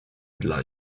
dla